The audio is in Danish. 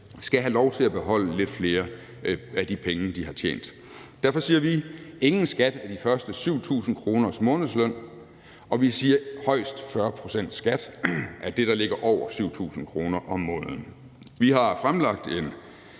skal have lov til at beholde lidt flere af de penge, de har tjent. Derfor siger vi: Ingen skat af de første 7.000 kroners månedsløn. Og vi siger: Højst 40 pct. skat af det, der ligger over 7.000 kr. om måneden. Vi har fremlagt en